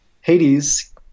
Hades